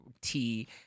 tea